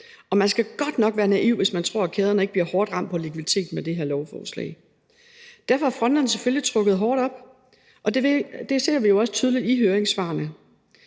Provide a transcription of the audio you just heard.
Og man skal godt nok være naiv, hvis man tror, at kæderne ikke bliver hårdt ramt på likviditeten med det her lovforslag. Derfor er fronterne selvfølgelig trukket hårdt op, og det ser vi jo også tydeligt i høringssvarene.